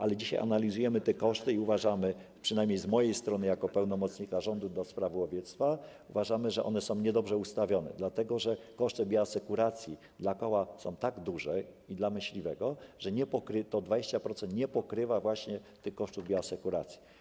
Ale dzisiaj analizujemy te koszty i uważamy - przynajmniej z mojej strony, jako pełnomocnika rządu do spraw łowiectwa - że one są niedobrze ustawione, dlatego że koszty bioasekuracji dla koła i dla myśliwego są tak duże, że te 20% nie pokrywa właśnie tych kosztów bioasekuracji.